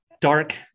dark